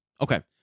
Okay